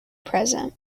present